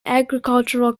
agricultural